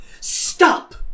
Stop